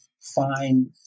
find